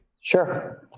Sure